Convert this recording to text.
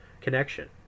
connection